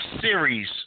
series